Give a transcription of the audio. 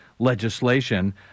legislation